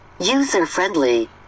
user-friendly